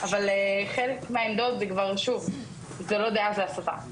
אבל חלק מהעמדות זה כבר, שוב, זו לא דעה, זו הסתה.